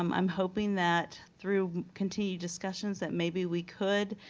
um i'm hoping that through continued discussions that maybe we could,